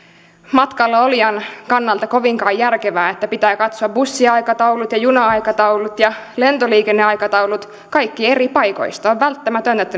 matkalla olijan kannalta kovinkaan järkevää että pitää katsoa bussiaikataulut ja juna aikataulut ja lentoliikenneaikataulut kaikki eri paikoista on välttämätöntä että